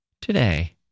today